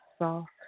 soft